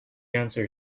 answer